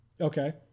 Okay